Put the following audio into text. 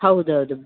ಹೌದೌದು